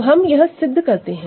तो हम यह सिद्ध करते है